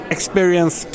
Experience